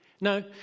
No